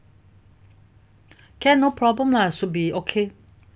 can no problem lah should be okay